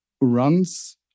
runs